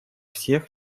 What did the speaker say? всех